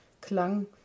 Klang